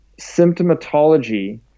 symptomatology